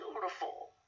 beautiful